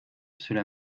cela